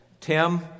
Tim